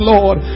Lord